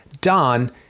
Don